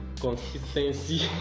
consistency